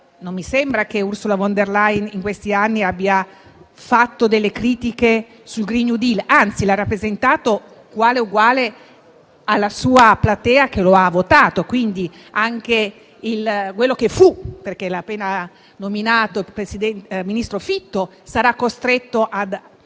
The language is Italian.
Non mi sembra che Ursula von der Leyen in questi anni abbia fatto delle critiche al Green new deal; anzi, l'ha rappresentato tale e quale alla sua platea, che lo ha votato, anche quello che fu, perché l'appena nominato vice presidente Fitto sarà costretto ad